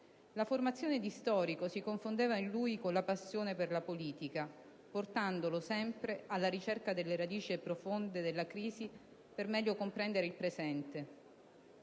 La formazione di storico si confondeva in lui con la passione per la politica, portandolo sempre alla ricerca delle radici profonde delle crisi per meglio comprendere il presente.